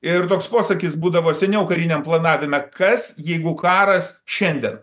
ir toks posakis būdavo seniau kariniam planavime kas jeigu karas šiandien